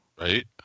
right